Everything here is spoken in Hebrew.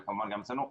וכמובן גם אצלנו.